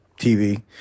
TV